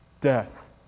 Death